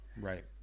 Right